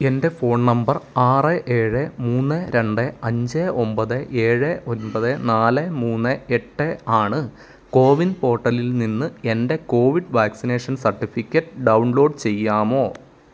എൻ്റെ phone number ആറ് ഏഴ് മൂന്ന് രണ്ട് അഞ്ച് ഒമ്പത് ഏഴേ ഒൻപത് നാല് മൂന്ന് എട്ട് ആണ് കോവിൻ പോർട്ടലിൽ നിന്ന് എൻ്റെ കോവിഡ് വാക്സിനേഷൻ സർട്ടിഫിക്കറ്റ് ഡൗൺലോഡ് ചെയ്യാമോ